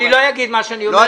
אני לא אגיד מה שאני רוצה.